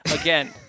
again